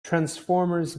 transformers